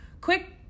quick